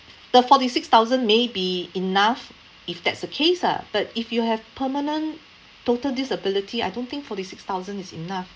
the forty six thousand may be enough if that's the case ah but if you have permanent total disability I don't think forty six thousand is enough